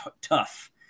tough